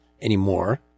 anymore